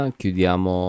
chiudiamo